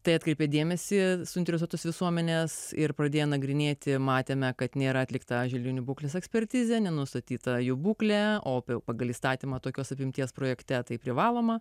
tai atkreipė dėmesį suinteresuotos visuomenės ir pradėjo nagrinėti matėme kad nėra atlikta želdinių būklės ekspertizė nenustatyta jų būklė o pagal įstatymą tokios apimties projekte tai privaloma